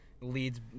Leads